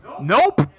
nope